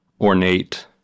ornate